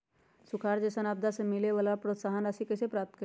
सुखार जैसन आपदा से मिले वाला प्रोत्साहन राशि कईसे प्राप्त करी?